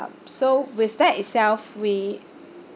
so with that itself we